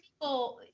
people